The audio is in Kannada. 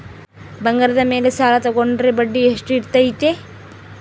ಬಂಗಾರದ ಮೇಲೆ ಸಾಲ ತೋಗೊಂಡ್ರೆ ಬಡ್ಡಿ ಎಷ್ಟು ಇರ್ತೈತೆ?